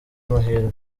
mahirwe